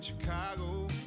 Chicago